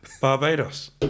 Barbados